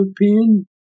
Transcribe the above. European